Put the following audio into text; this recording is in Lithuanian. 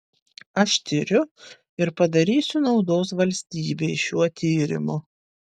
aš tiriu ir padarysiu naudos valstybei šiuo tyrimu